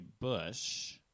Bush